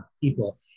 people